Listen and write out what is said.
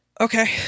Okay